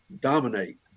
dominate